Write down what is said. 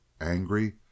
angry